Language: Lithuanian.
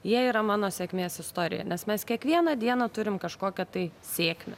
jie yra mano sėkmės istorija nes mes kiekvieną dieną turim kažkokią tai sėkmę